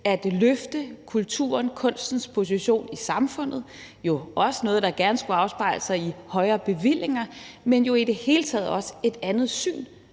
at løfte kulturens, kunstens position i samfundet. Det er jo også noget, der gerne skulle afspejle sig i højere bevillinger, men i det hele taget også i et andet syn